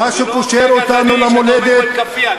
איפה אתה יכול לעמוד עם כאפיה ולדבר ולהגיד "אופייה הגזעני"?